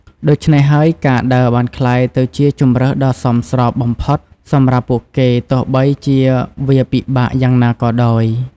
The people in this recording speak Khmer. ដូច្នេះហើយការដើរបានក្លាយទៅជាជម្រើសដ៏សមស្របបំផុតសម្រាប់ពួកគេទោះបីជាវាពិបាកយ៉ាងណាក៏ដោយ។